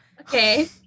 Okay